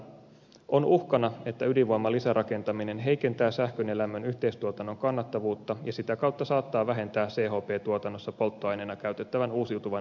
lisäksi on uhkana että ydinvoiman lisärakentaminen heikentää sähkön ja lämmön yhteistuotannon kannattavuutta ja sitä kautta saattaa vähentää chp tuotannossa polttoaineena käytettävän uusiutuvan energian määrää